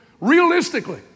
realistically